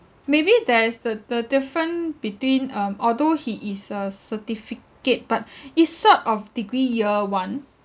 maybe there's the the difference between um although he is a certificate but it sort of degree year one